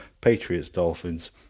Patriots-Dolphins